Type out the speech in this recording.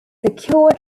secure